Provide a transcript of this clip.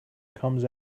comes